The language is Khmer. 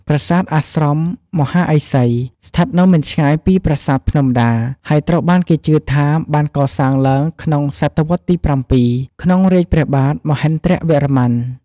ប្រាសាទអាស្រមមហាឥសី ស្ថិតនៅមិនឆ្ងាយពីប្រាសាទភ្នំដា ហើយត្រូវបានគេជឿថាបានកសាងឡើងក្នុង សតវត្សរ៍ទី ៧ ក្នុងរាជ្យព្រះបាទមហេន្ទ្រវរ្ម័ន។